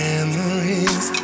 Memories